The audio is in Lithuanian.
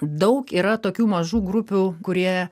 daug yra tokių mažų grupių kurie